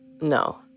No